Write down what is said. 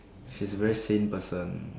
she's a very sane person